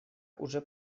уже